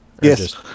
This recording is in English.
Yes